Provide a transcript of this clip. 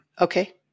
okay